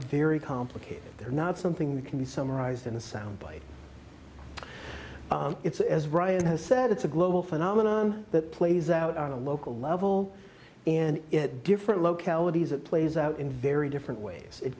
very complicated they're not something that can be summarized in a sound bite it's as brian has said it's a global phenomenon that plays out on a local level and it different localities it plays out in very different ways it